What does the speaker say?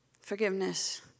forgiveness